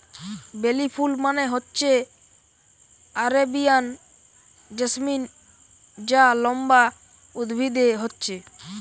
বেলি ফুল মানে হচ্ছে আরেবিয়ান জেসমিন যা লম্বা উদ্ভিদে হচ্ছে